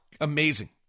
amazing